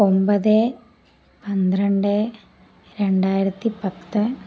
ഒമ്പത് പന്ത്രണ്ട് രണ്ടായിരത്തിപ്പത്ത്